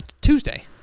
Tuesday